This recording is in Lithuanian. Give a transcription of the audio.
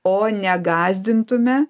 o negąsdintume